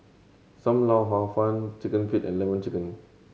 Sam Lau Hor Fun Chicken Feet and Lemon Chicken